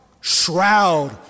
shroud